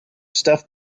stuff